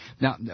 Now